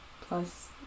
Plus